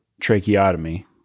tracheotomy